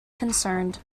concerned